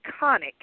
iconic